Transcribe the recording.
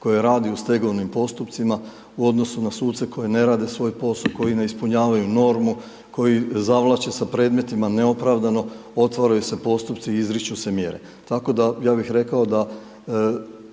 koje radi u stegovnim postupcima, u odnosu na suce koji ne rade rade svoj posao, koji ne ispunjavaju normu, koji zavlače s predmetima neopravdano, otvaraju se postupci i izriču se mjere. Tako da ja bih rekao, da